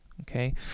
okay